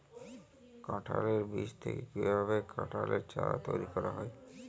কাঁঠালের বীজ থেকে কীভাবে কাঁঠালের চারা তৈরি করা হয়?